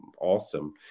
awesome